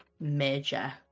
major